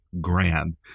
grand